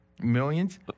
millions